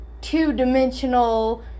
two-dimensional